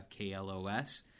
KLOS